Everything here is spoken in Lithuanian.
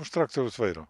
už traktoriaus vairo